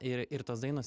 ir ir tos dainos